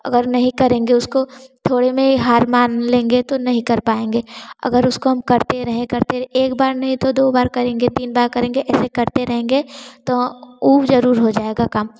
अगर नहीं करेंगे उसको थोड़े में ही हार मान लेंगे तो नहीं कर पाएँगे अगर उसको हम करते रहें करते एक बार नहीं तो दो बार करेंगे तीन बार करेंगे ऐसे करते रहेंगे तो ऊब ज़रूर हो जाएगा काम